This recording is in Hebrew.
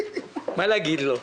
מה להגיד לו?